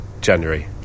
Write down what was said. january